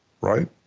right